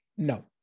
No